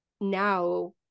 now